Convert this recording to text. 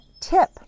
tip